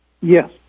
Yes